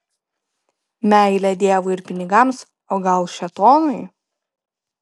meilė dievui ir pinigams o gal šėtonui